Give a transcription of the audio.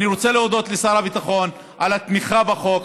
אני רוצה להודות לשר הביטחון על התמיכה בחוק,